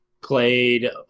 played